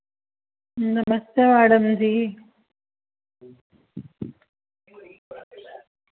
नमस्ते madam जी